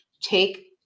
take